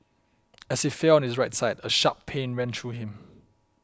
as he fell on his right side a sharp pain ran through him